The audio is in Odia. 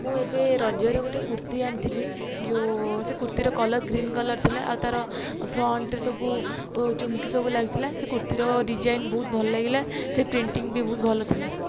ମୁଁ ଏବେ ରଜରେ ଗୋଟେ କୁର୍ତ୍ତୀ ଆଣିଥିଲି ଯେଉଁ ସେ କୁର୍ତ୍ତୀର କଲର ଗ୍ରୀନ୍ କଲର ଥିଲା ଆଉ ତାର ଫ୍ରଣ୍ଟରେ ସବୁ ଓ ଚୁମକି ସବୁ ଲାଗିଥିଲା ସେ କୁର୍ତ୍ତୀର ଡିଜାଇନ୍ ବହୁତ ଭଲ ଲାଗିଲା ସେ ପ୍ରିଣ୍ଟିଙ୍ଗ୍ ବି ବହୁତ ଭଲ ଥିଲା